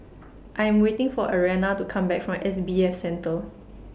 I Am waiting For Ariana to Come Back from S B F Center